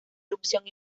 erupción